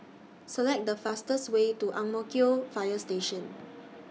Select The fastest Way to Ang Mo Kio Fire Station